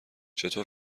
چطور